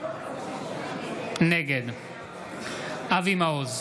נגד אבי מעוז,